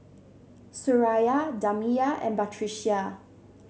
Suraya Damia and Batrisya